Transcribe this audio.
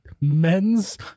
men's